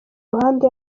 ruhande